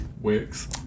wicks